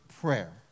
prayer